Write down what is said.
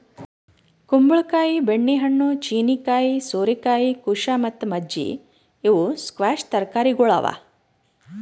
ಕುಂಬಳ ಕಾಯಿ, ಬೆಣ್ಣೆ ಹಣ್ಣು, ಚೀನೀಕಾಯಿ, ಸೋರೆಕಾಯಿ, ಕುಶಾ ಮತ್ತ ಮಜ್ಜಿ ಇವು ಸ್ಕ್ವ್ಯಾಷ್ ತರಕಾರಿಗೊಳ್ ಅವಾ